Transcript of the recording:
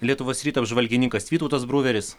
lietuvos ryto apžvalgininkas vytautas bruveris